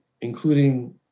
including